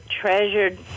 treasured